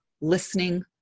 listening